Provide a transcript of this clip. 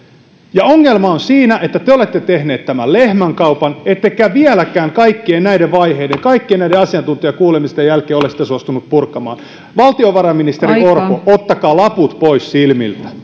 ja ongelma on siinä että te te olette tehneet tämän lehmänkaupan ettekä vieläkään kaikkien näiden vaiheiden kaikkien näiden asiantuntijakuulemisten jälkeen ole sitä suostuneet purkamaan valtiovarainministeri orpo ottakaa laput pois silmiltä